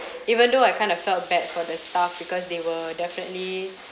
even though I kind of felt bad for the staff because they were definitely